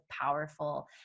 powerful